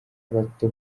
bato